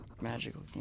magical